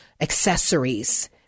accessories